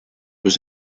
was